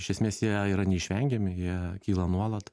iš esmės jie yra neišvengiami jie kyla nuolat